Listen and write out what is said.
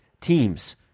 teams